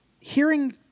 hearing